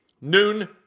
noon